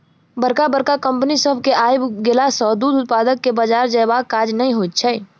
बड़का बड़का कम्पनी सभ के आइब गेला सॅ दूध उत्पादक के बाजार जयबाक काज नै होइत छै